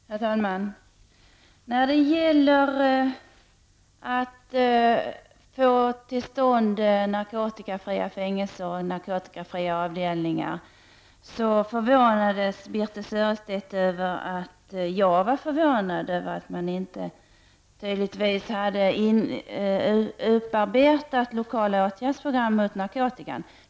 Herr talman! När det gäller frågan om att få till stånd narkotikafria fängelser och avdelningar förvånades Birthe Sörestedt över att jag var förvånad över att det inte hade utarbetats lokala åtgärdsprogram mot narkotikan.